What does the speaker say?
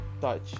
touch